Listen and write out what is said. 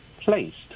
placed